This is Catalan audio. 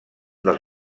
dels